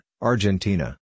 Argentina